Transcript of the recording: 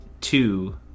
two